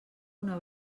una